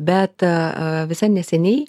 bet a visai neseniai